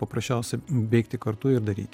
paprasčiausiai veikti kartu ir daryti